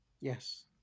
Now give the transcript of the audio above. Yes